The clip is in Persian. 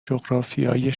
جغرافیای